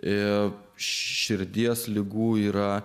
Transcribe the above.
ir širdies ligų yra